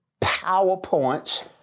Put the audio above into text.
PowerPoints